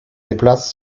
déplacent